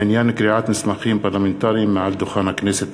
בעניין קריעת מסמכים פרלמנטריים על דוכן הכנסת.